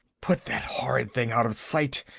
put that horrid thing out of sight!